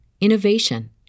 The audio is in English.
innovation